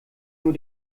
nur